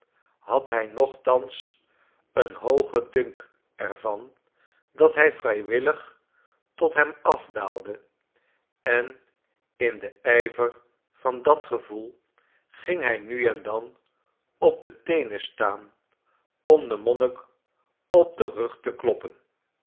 had hij nochtans een oogen dunk er van dat hij vrijwillig tot hem afdaalde en in den ijver van dat gevoel ging hij nu en dan op de teenen staan om den monnik op den rug te kloppen